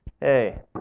Hey